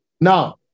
Now